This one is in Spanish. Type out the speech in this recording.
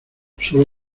solo